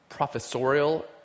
professorial